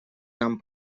нам